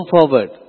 forward